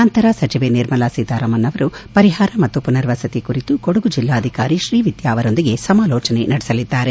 ನಂತರ ಸಚಿವೆ ನಿರ್ಮಲಾ ಸೀತಾರಾಮನ್ ಅವರು ಪರಿಷಾರ ಮತ್ತು ಪುನರ್ವಸತಿ ಕುರಿತು ಕೊಡಗು ಜಿಲ್ಲಾಧಿಕಾರಿ ಶ್ರೀ ವಿದ್ಯಾ ಅವರೊಂದಿಗೆ ಸಮಾಲೋಚನೆ ನಡೆಸಲಿದ್ದಾರೆ